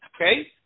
okay